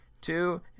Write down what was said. two